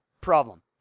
problem